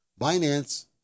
Binance